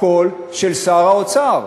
הקול של שר האוצר.